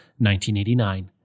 1989